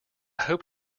hope